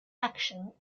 action